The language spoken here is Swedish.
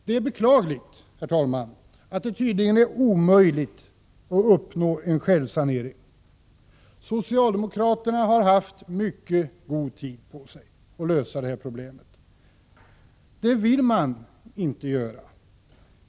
Det är beklagligt, herr talman, att det tydligen är omöjligt att uppnå en självsanering. Socialdemokraterna har haft mycket god tid på sig att lösa detta problem. Det vill de dock inte göra.